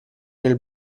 nel